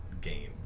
game